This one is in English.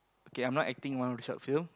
okay I'm not acting in one of the short film